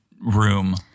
room